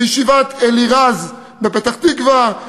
בישיבת אלירז בפתח-תקווה,